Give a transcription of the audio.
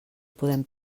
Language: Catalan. podem